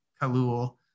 Kalul